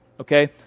okay